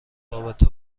رابطه